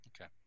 Okay